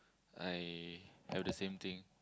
I have the same thing